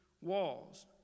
walls